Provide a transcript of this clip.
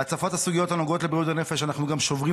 בהצפת הסוגיות הנוגעות לבריאות הנפש אנחנו גם שוברים